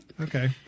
Okay